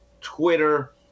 Twitter